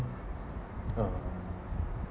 uh